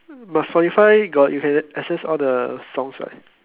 but spotify got you can access all the songs what